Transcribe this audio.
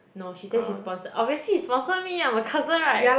no she say she sponsor obviously she sponsor me ah I'm her cousin right